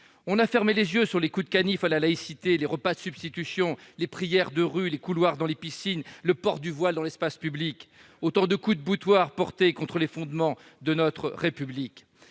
On a fermé les yeux sur les coups de canif à la laïcité, les repas de substitution, les prières de rue, les couloirs dans les piscines, le port du voile dans l'espace public. Autant de coups de boutoir portés contre les fondements de notre République